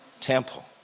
temple